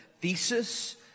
thesis